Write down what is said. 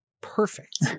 Perfect